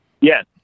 Yes